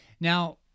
Now